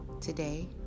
Today